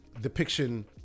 depiction